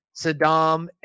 Saddam